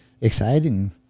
exciting